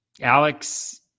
Alex